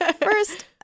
first